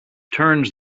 turns